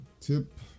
Tip